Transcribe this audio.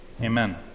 Amen